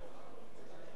לחיות בכבוד.